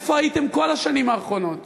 איפה הייתם כל השנים האחרונות?